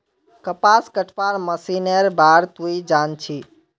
कपास कटवार मशीनेर बार तुई जान छि